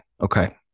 okay